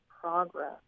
progress